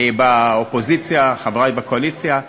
חברי בקואליציה.